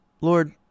Lord